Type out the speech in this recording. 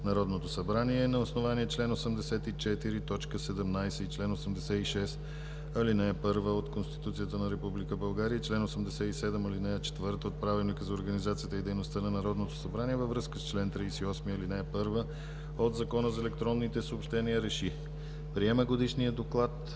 „Народното събрание на основание чл. 84, т. 17 и чл. 86, ал. 1 от Конституцията на Република България и чл. 87, ал. 4 от Правилника за организацията и дейността на Народното събрание, във връзка с чл. 38, ал. 1 от Закона за електронните съобщения РЕШИ: Приема Годишния доклад